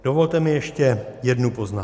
Dovolte mi ještě jednu poznámku.